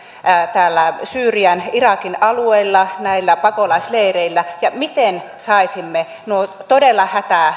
täällä syyrian irakin alueilla näillä pakolaisleireillä ja miten saisimme nuo todella